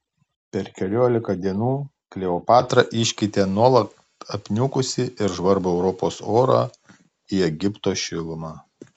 per keliolika dienų kleopatra iškeitė nuolat apniukusį ir žvarbų europos orą į egipto šilumą